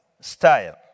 style